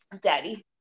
Daddy